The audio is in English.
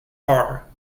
are